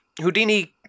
Houdini